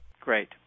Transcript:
Great